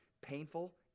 painful